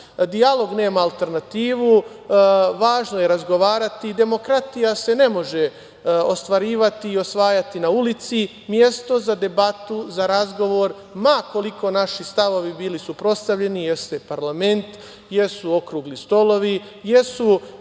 Dijalog nema alternativu. Važno je razgovarati. Demokratija se ne može ostvarivati i osvajati na ulici. Mesto za debatu, za razgovor, ma koliko naši stavovi bili suprotstavljeni, jeste parlament, jesu okrugli stolovi, jesu